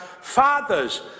fathers